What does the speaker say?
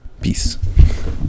peace